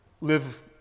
live